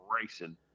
racing